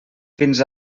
fins